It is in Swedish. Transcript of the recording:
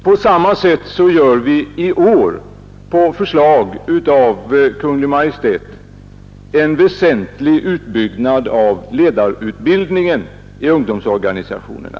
På samma sätt gör vi i år på förslag av Kungl. Maj:t en väsentlig utbyggnad av ledarutbildningen i ungdomsorganisationerna.